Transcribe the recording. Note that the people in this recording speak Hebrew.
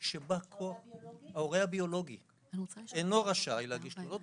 ההורה הביולוגי אינו רשאי להגיש תלונות.